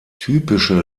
typische